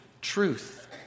truth